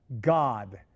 God